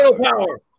power